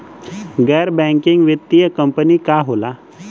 गैर बैकिंग वित्तीय कंपनी का होला?